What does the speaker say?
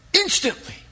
instantly